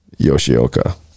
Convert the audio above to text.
Yoshioka